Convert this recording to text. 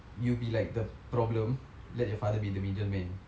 you be like the problem let your father be the middleman